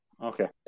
Okay